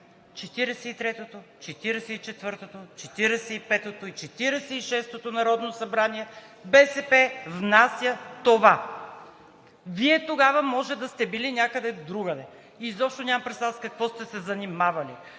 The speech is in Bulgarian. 43-тото, 44-тото, 45-ото и 46-ото народно събрание БСП внася това. Вие тогава може да сте били някъде другаде. Изобщо нямам представа с какво сте занимавали.